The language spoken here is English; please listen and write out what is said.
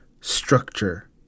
structure